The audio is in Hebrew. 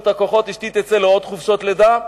הכוחות ואשתי תצא לעוד חופשות לידה,